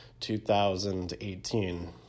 2018